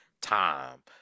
time